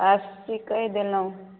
अस्सी कहि देलहुँ